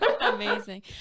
Amazing